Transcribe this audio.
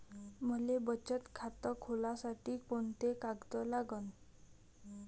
मले बचत खातं खोलासाठी कोंते कागद लागन?